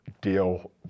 deal